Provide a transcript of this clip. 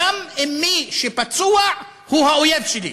גם אם מי שפצוע הוא האויב שלי.